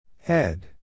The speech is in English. Head